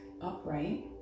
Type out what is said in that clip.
upright